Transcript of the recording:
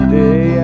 day